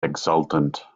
exultant